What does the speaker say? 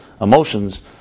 emotions